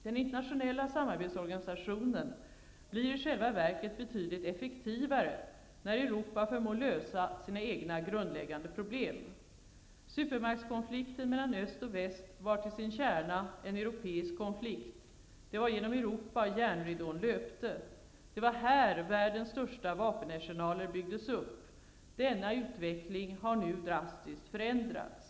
Den internationella samarbetsorganisationen blir i själva verket betydligt effektivare när Europa förmår lösa sina egna grundläggande problem. Supermaktskonflikten mellan öst och väst var till sin kärna en europeisk konflikt. Det var genom Europa järnridån löpte. Det var här världens största vapenarsenaler byggdes upp. Denna utveckling har nu drastiskt förändrats.